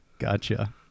Gotcha